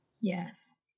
Yes